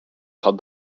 called